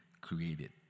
created